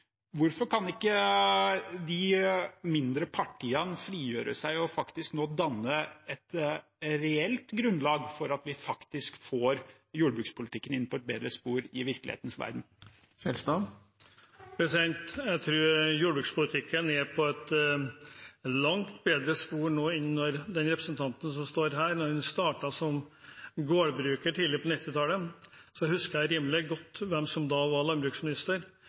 hvorfor kan ikke de mindre partiene frigjøre seg og nå danne et reelt grunnlag for at vi faktisk får jordbrukspolitikken inn på et bedre spor i virkelighetens verden? Jeg tror jordbrukspolitikken er på et langt bedre spor nå enn den var da representanten som står her, startet som gårdbruker tidlig på 1990-tallet. Jeg husker rimelig godt hvem som da var landbruksminister.